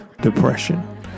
depression